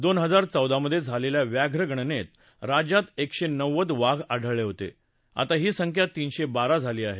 दोन हजार चौदा मध्ये झालेल्या व्याघ्र गणनेत राज्यात एकशे नव्वद वाघ आढळले होते आता ही संख्या तीनशे बारा झाली आहे